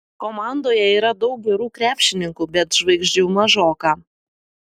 komandoje yra daug gerų krepšininkų bet žvaigždžių mažoka